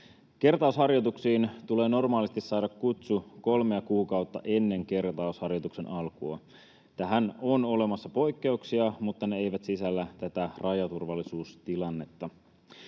Kertausharjoituksiin tulee normaalisti saada kutsu kolmea kuukautta ennen kertausharjoituksen alkua. Tähän on olemassa poikkeuksia, mutta ne eivät sisällä tätä rajaturvallisuustilannetta.